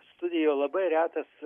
studijoj labai retas